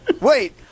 Wait